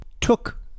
took